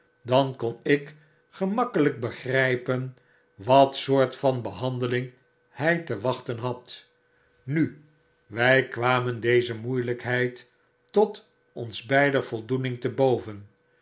dan kon ik gemakkelyk begriipen wat soort van behandeling hy te wachten had nu wy kwamen deze moeielykheid tot ons beider voldoening te boven